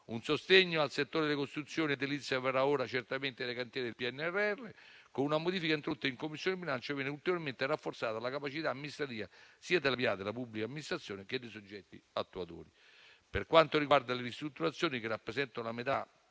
Un sostegno al settore delle costruzioni e dell'edilizia verrà certamente dai cantieri del PNRR. Con una modifica introdotta in Commissione bilancio, viene ulteriormente rafforzata la capacità amministrativa sia della pubblica amministrazione che dei soggetti attuatori. Per quanto riguarda le ristrutturazioni, che rappresentano la metà